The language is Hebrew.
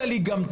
רק